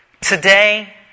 Today